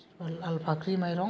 बा लालफाख्रि माइरं